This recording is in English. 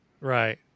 right